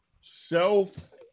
self